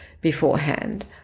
beforehand